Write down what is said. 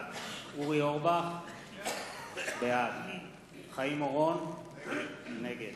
בעד אורי אורבך, בעד חיים אורון, נגד